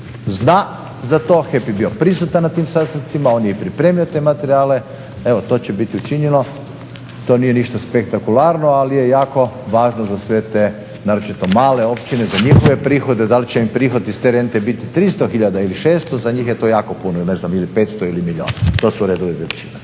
zna za to, HEP je bio prisutan na tim sastancima, on je i pripremio te materijale. Evo to će biti učinjeno, to nije ništa spektakularno, ali je jako važno za sve te, naročito male općine, za njihove prihode. Da li će im prihod iz te rente biti 300 hiljada ili 600 za njih je to jako puno, ne znam ili 500 ili milijun. To su redovi veličina.